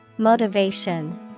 Motivation